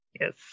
Yes